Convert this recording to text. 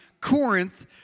Corinth